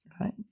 Right